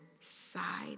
side